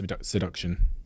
seduction